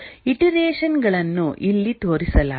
iteration ಗಳನ್ನು ಇಲ್ಲಿ ತೋರಿಸಲಾಗಿದೆ